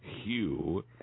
Hugh